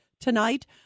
tonight